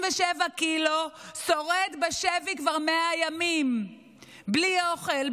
קילו שורד בשבי כבר 100 ימים בלי אוכל,